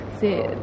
See